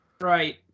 right